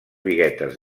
biguetes